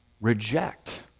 reject